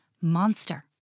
Monster